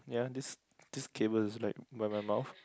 ya this this cable is like by my mouth